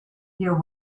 your